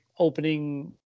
opening